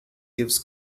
gives